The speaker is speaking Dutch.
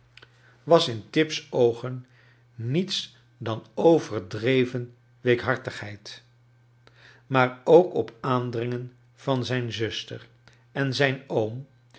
was in tip's oogen niets dan overdreven weekhartigheid maar ook op aandringen van zijn zuster en zijn oom